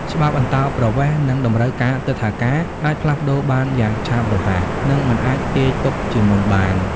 ច្បាប់អន្តោប្រវេសន៍ និងតម្រូវការទិដ្ឋាការអាចផ្លាស់ប្តូរបានយ៉ាងឆាប់រហ័ស និងមិនអាចទាយទុកជាមុនបាន។